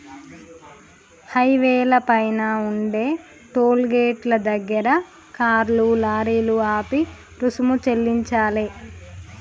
హైవేల పైన ఉండే టోలు గేటుల దగ్గర కార్లు, లారీలు ఆపి రుసుము చెల్లించాలే